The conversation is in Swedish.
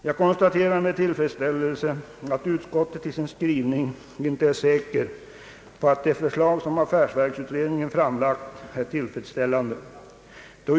Jag konstaterar med tillfredsställelse att utskottet i sin skrivning inte är säkert på att det förslag, som affärsverksutredningen framlagt, är tillfredsställande.